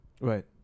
Right